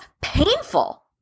painful